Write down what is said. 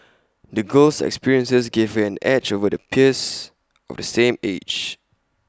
the girl's experiences gave her an edge over her peers of the same age